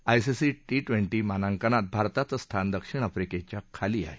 ICC T twenty मानांकनात भारताचं स्थान दक्षिण आफ्रीकेच्या खाली आहे